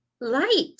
light